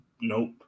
nope